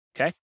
okay